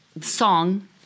song